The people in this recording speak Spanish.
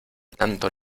tanto